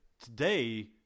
today